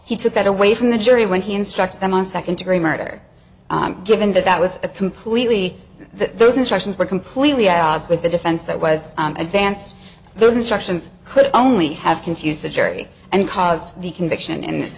he took that away from the jury when he instructed them on second degree murder given that that was a completely that those instructions were completely at odds with the defense that was advanced those instructions could only have confused the jury and caused the conviction in this